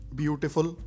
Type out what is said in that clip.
beautiful